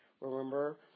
Remember